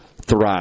thrive